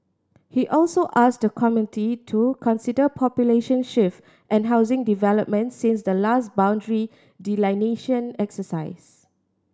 he also asked the committee to consider population shift and housing developments since the last boundary delineation exercise